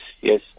yes